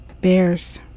Bears